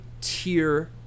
tier